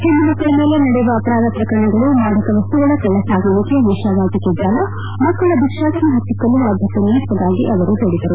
ಹೆಣ್ಣುಮಕ್ಕಳ ಮೇಲೆ ನಡೆಯುವ ಅಪರಾಧ ಪ್ರಕರಣಗಳು ಮಾದಕ ವಸ್ತುಗಳ ಕಳ್ಳಸಾಗಾಣಿಕೆ ವೇಶ್ಣಾವಾಟಕೆ ಜಾಲ ಮಕ್ಕಳ ಭಿಕ್ಷಾಟನೆ ಹತ್ತಿಕ್ಕಲು ಆದ್ಭತೆ ನೀಡುವುದಾಗಿ ಅವರು ಹೇಳಿದರು